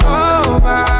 over